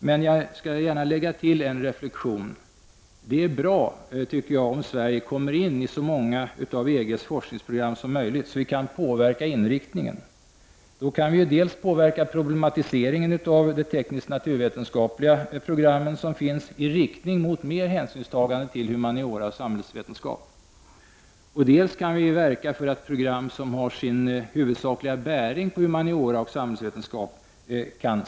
Jag vill här gärna göra följande reflexion. Det är bra om Sverige kommer med på så många av EGs forskningsprogram som möjligt, så att vi kan påverka inriktningen. Då kan vi dels påverka problematiseringen beträffande de tekniskt-naturvetenskapliga program som finns i riktning mot ett större hänsynstagande till humaniora och samhällsvetenskap, dels verka för att program kan startas som har sin huvudsakliga bäring på hunmaniora och samhällsvetenskap.